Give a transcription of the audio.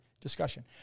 discussion